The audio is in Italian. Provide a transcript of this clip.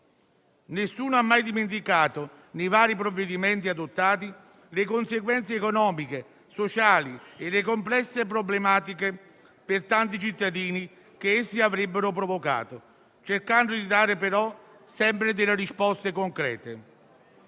Nessuno ha mai dimenticato, nei vari provvedimenti adottati, le conseguenze economiche, sociali e le complesse problematiche per tanti cittadini che essi avrebbero provocato, cercando di dare però sempre risposte concrete.